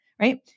right